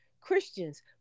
Christians